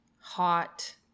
hot